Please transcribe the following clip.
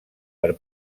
per